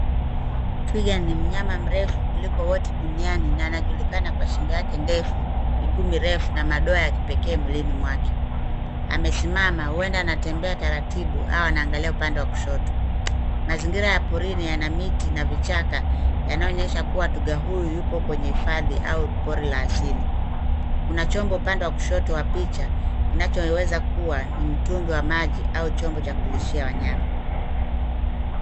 Twiga ni mnyama mrefu kuliko wote duniani na anajulikana kwa shingo yake ndefu, miguu mirefu na madoa ya kipekee mwilini mwake. Amesimama huenda anatembea taratibu au anaangalia upande wa kushoto. Mazingira ya porini yana miti na vichaka yanayoonyesha kuwa twiga huyu yupo kwenye hifadhi au pori la asili. Kuna chombo upande wa kushoto wa picha kinachoweza kuwa ni mtungi wa maji au chombo cha kulishia wanyama.